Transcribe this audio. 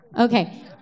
Okay